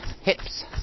hips